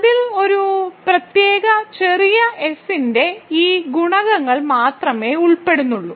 അതിൽ ഈ പ്രത്യേക ചെറിയ എഫിന്റെ ഈ ഗുണകങ്ങൾ മാത്രമേ ഉൾപ്പെടുന്നുള്ളൂ